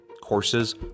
Courses